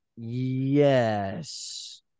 yes